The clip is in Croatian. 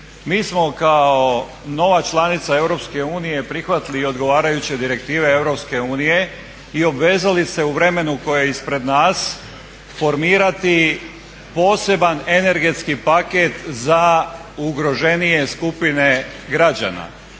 Mi smo kao nova članica EU prihvatili i odgovarajuće direktive EU i obvezali se u vremenu koje je ispred nas formirati poseban energetski paket za ugroženije skupine građana,